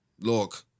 Look